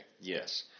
yes